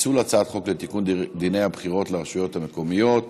פיצול הצעת חוק לתיקון דיני הבחירות לרשויות המקומיות